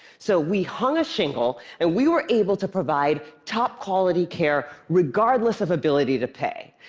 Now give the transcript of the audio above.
so we hung a shingle, and we were able to provide top-quality care regardless of ability to pay.